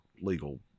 legal